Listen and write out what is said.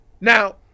Now